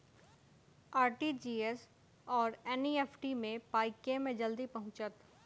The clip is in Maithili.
आर.टी.जी.एस आओर एन.ई.एफ.टी मे पाई केँ मे जल्दी पहुँचत?